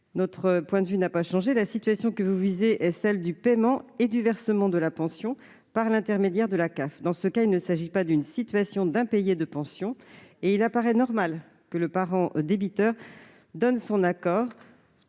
notre point de vue n'a pas changé. La situation que vous visez est celle du paiement et du versement de la pension par l'intermédiaire de la caisse d'allocations familiales (CAF). Il ne s'agit pas, dans ce cas, d'un impayé de pension et il paraît normal que le parent débiteur donne son accord